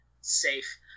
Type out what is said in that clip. safe